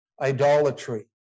idolatry